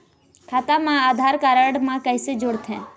खाता मा आधार कारड मा कैसे जोड़थे?